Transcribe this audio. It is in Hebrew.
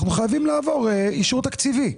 אנחנו חייבים לעבור אישור תקציבי.